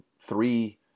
three